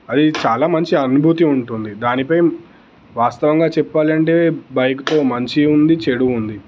అది చాలా మంచి అనుభూతి ఉంటుంది దానిపై వాస్తవంగా చెప్పాలంటే బైక్తో మంచి ఉంది చెడు ఉంది